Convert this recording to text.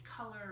color